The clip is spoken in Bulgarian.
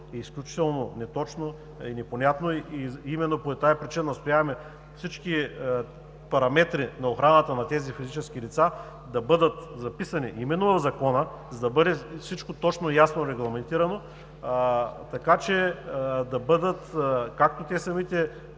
е изключително неточно и непонятно и поради тази причина настояваме всички параметри на охраната на тези физически лица да бъдат записани именно в Закона, за да бъде всичко точно и ясно регламентирано, така че те самите